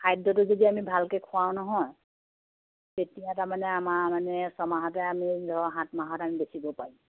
খাদ্যটো যদি আমি ভালকে খোৱাওঁ নহয় তেতিয়া তাৰমানে আমাৰ মানে ছয়মাহতে আমি ধৰক সাত মাহত আমি বেচিব পাৰিম